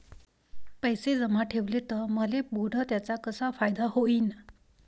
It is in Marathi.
पैसे जमा ठेवले त मले पुढं त्याचा कसा फायदा होईन?